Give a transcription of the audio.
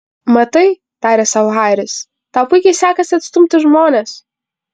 matai tarė sau haris tau puikiai sekasi atstumti žmones